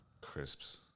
Crisps